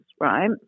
right